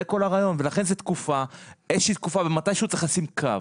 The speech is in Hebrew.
זה כל הרעיון ולכן זה איזה שהיא תקופה ומתי שהוא צריך לשים קו.